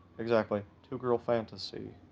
exactly. two girl fantasy.